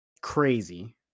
crazy